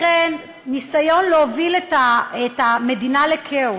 לכן, ניסיון להוביל את המדינה לכאוס,